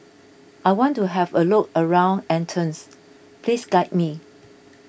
I want to have a look around Athens please guide me